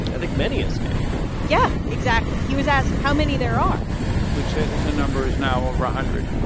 i think many escaped yeah, exactly. he was asked how many there are we would say that the number is now over a hundred.